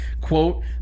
Quote